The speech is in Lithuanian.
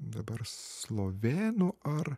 dabar slovėnų ar